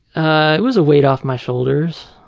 ah it was a weight off my shoulders,